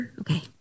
Okay